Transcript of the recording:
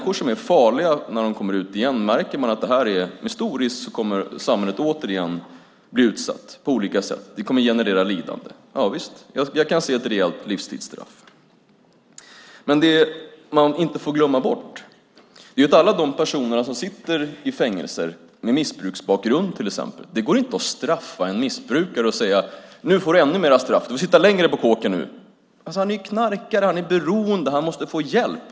Om man märker att det finns en stor risk att människor är farliga när de kommer ut, att samhället återigen kommer att bli utsatt på olika sätt och att de kommer att generera lidande, kan jag se ett reellt livstidsstraff. Men man får inte glömma bort alla de personer som sitter i fängelse med till exempel missbruksbakgrund. Det går inte att straffa en missbrukare och säga: Nu får du ännu mera straff! Du får sitta längre på kåken nu! Han är ju knarkare och beroende, och han måste få hjälp!